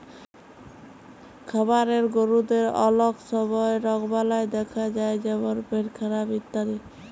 খামারের গরুদের অলক সময় রগবালাই দ্যাখা যায় যেমল পেটখারাপ ইত্যাদি